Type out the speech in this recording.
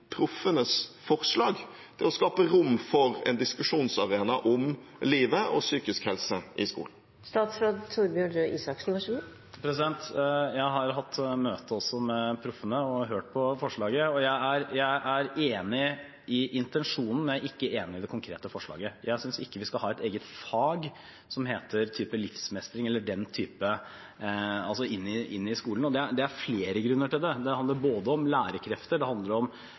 forslag, det å skape rom for en diskusjonsarena om livet og psykisk helse i skolen. Jeg har hatt møte med Proffene og hørt på forslaget. Jeg er enig i intensjonen, men jeg er ikke enig i det konkrete forslaget. Jeg synes ikke vi skal ha et eget fag som heter livsmestring eller den typen fag inn i skolen. Det er flere grunner til det. Det handler om lærekrefter, det handler